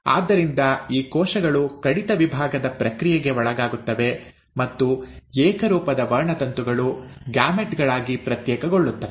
ಆದ್ದರಿಂದ ಈ ಕೋಶಗಳು ಕಡಿತ ವಿಭಾಗದ ಪ್ರಕ್ರಿಯೆಗೆ ಒಳಗಾಗುತ್ತವೆ ಮತ್ತು ಏಕರೂಪದ ವರ್ಣತಂತುಗಳು ಗ್ಯಾಮೆಟ್ ಗಳಾಗಿ ಪ್ರತ್ಯೇಕಗೊಳ್ಳುತ್ತವೆ